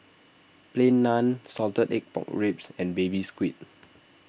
Plain Naan Salted Egg Pork Ribs and Baby Squid